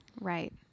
Right